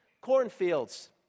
cornfields